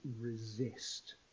resist